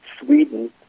sweden